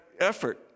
effort